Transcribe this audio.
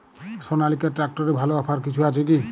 সনালিকা ট্রাক্টরে ভালো অফার কিছু আছে কি?